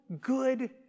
good